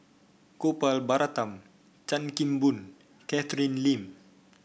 Gopal Baratham Chan Kim Boon Catherine Lim